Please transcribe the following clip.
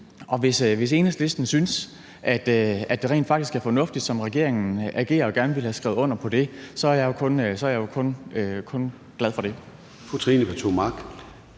nu. Hvis Enhedslisten synes, det rent faktisk er fornuftigt, som regeringen agerer, og gerne ville have skrevet under på det, er jeg jo kun glad for det.